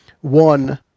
one